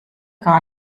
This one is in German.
gar